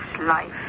life